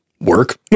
work